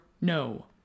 no